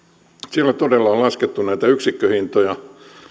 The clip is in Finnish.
siellä todella on laskettu näitä yksikköhintoja